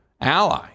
ally